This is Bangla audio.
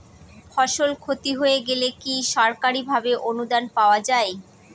ফসল ক্ষতি হয়ে গেলে কি সরকারি ভাবে অনুদান পাওয়া য়ায়?